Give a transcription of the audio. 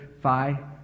Phi